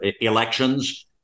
elections